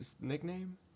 nickname